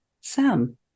sam